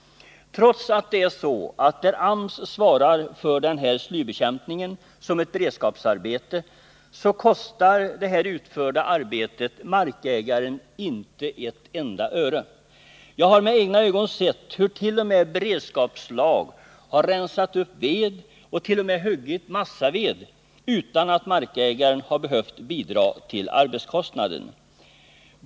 Trots att AMS svarar för slybekämpningen som beredskapsarbete kostar det utförda arbetet inte ett enda öre för markägaren. Jag har med egna ögon sett hur beredskapslag har rensat upp ved och t.o.m. huggit massaved utan att markägaren har behövt bidra till arbetskostnaden.